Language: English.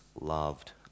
loved